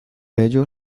ello